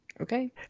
Okay